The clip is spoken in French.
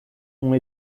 ont